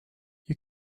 you